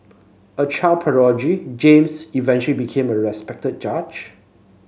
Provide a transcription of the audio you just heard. a child prodigy James eventually became a respected judge